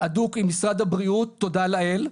הדוק מאוד עם משרד הבריאות תודה לאל.